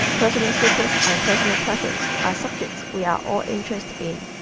personal secrets and personal preferences are subjects we are all interested in.